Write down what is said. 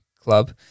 Club